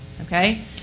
Okay